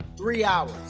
three hours.